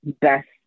best